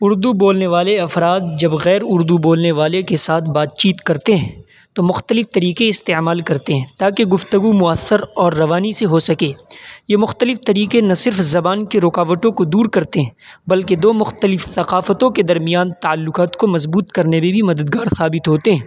اردو بولنے والے افراد جب غیر اردو بولنے والے کے ساتھ بات چیت کرتے ہیں تو مختلف طریقے استعمال کرتے ہیں تاکہ گفتگو مؤثر اور روانی سے ہو سکے یہ مختلف طریقے نہ صرف زبان کے رکاوٹوں کو دور کرتے ہیں بلکہ دو مخلتف ثقافتوں کے درمیان تعلقات کو مضبوط کرنے میں بھی مددگار ثابت ہوتے ہیں